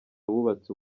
wubatse